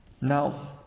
Now